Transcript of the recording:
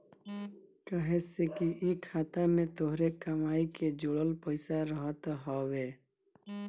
काहे से कि इ खाता में तोहरे कमाई के जोड़ल पईसा रहत हवे